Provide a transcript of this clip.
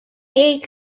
jgħid